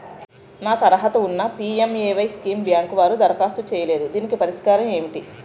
నాకు అర్హత ఉన్నా పి.ఎం.ఎ.వై స్కీమ్ బ్యాంకు వారు దరఖాస్తు చేయలేదు దీనికి పరిష్కారం ఏమిటి?